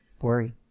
worry